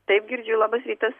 taip girdžiu labas rytas